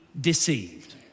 deceived